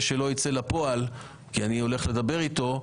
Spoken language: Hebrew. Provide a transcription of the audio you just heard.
שלא יצא לפועל כי אני הולך לדבר איתו,